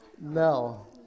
no